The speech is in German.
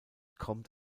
kommt